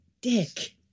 dick